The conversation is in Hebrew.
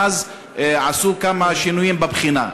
ואז עשו כמה שינויים בבחינה.